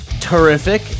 terrific